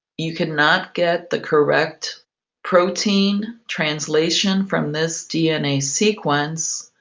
you cannot get the correct protein translation from this dna sequence